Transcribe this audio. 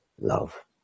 love